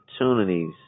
opportunities